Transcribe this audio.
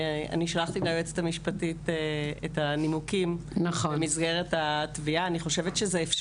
אני שלחתי ליועצת המשפטית את הנימוקים במסגרת התביעה.